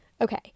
Okay